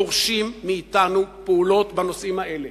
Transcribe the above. דורשים מאתנו פעולות בנושאים האלה,